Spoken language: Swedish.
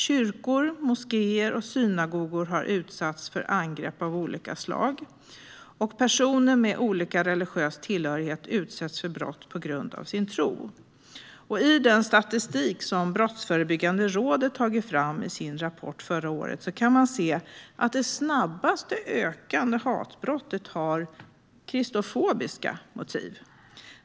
Kyrkor, moskéer och synagogor har utsatts för angrepp av olika slag, och personer med olika religiösa tillhörigheter utsätts för brott på grund av sin tro. I den statistik som Brottsförebyggande rådet tog fram i sin rapport förra året kan man se att det snabbast ökande hatbrottet har kristofobiska motiv.